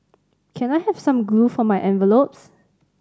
can I have some glue for my envelopes